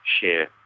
share